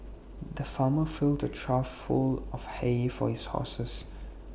the farmer filled A trough full of hay for his horses